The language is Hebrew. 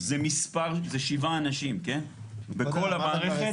זה שבעה אנשים בכל המערכת.